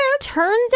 Turns